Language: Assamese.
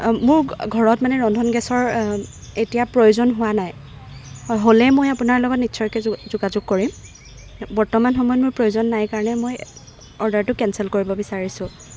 মোৰ ঘৰত মানে ৰন্ধন গেছৰ এতিয়া প্ৰয়োজন হোৱা নাই হ'লেই মই আপোনাৰ লগত নিশ্চয়কৈ যোগাযোগ কৰিম বৰ্তমান সময়ত মোৰ প্ৰয়োজন নাই কাৰণে মই অৰ্ডাৰটো কেঞ্চেল কৰিব বিচাৰিছোঁ